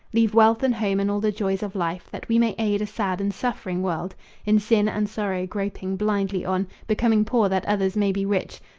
leave wealth and home and all the joys of life, that we may aid a sad and suffering world in sin and sorrow groping blindly on, becoming poor that others may be rich,